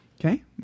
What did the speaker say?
Okay